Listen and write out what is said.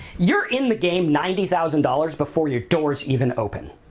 you're in the game ninety thousand dollars before your doors even open.